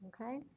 Okay